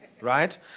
right